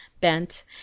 bent